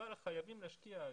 אבל חייבים להשקיע.